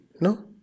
no